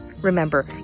Remember